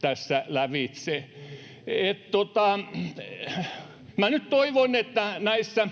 tässä lävitse. Asiantuntijavaliokunnissa